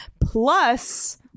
Plus